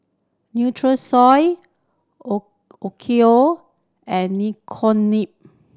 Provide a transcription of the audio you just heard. Nutrisoy Onkyo and